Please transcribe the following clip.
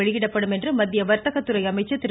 வெளியிடப்படும் என்று மத்திய வர்தக துறை அமைச்சர் திரு